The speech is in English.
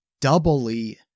doubly